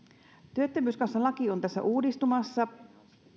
työttömyyskassalaki on tässä uudistumassa